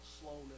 slowness